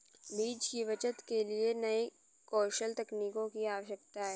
बीज की बचत के लिए नए कौशल तकनीकों की आवश्यकता है